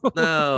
no